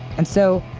and so,